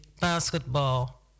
basketball